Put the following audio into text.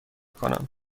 کنم